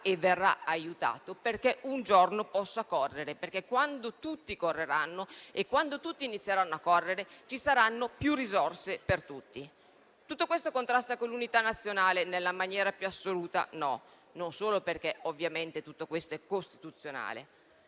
ma verrà aiutato perché un giorno possa farlo, perché quando tutti inizieranno a correre e correranno, ci saranno più risorse per tutti. Tutto questo contrasta con l'unità nazionale? Nella maniera più assoluta no, non solo perché ovviamente tutto questo è costituzionale,